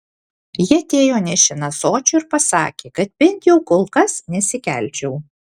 ji atėjo nešina ąsočiu ir pasakė kad bent jau kol kas nesikelčiau